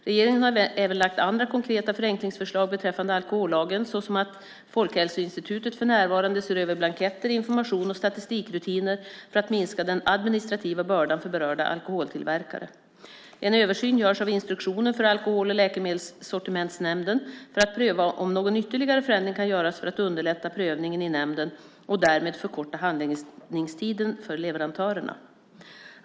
Regeringen har även lagt fram andra konkreta förenklingsförslag beträffande alkohollagen, såsom att Folkhälsoinstitutet för närvarande ser över blanketter, information och statistikrutiner för att minska den administrativa bördan för berörda alkoholtillverkare. En översyn görs också av instruktionen för Alkohol och läkemedelssortimentsnämnden för att pröva om någon ytterligare förändring kan göras för att underlätta prövningen i nämnden och därmed förkorta handläggningstiden för leverantörerna.